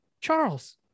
charles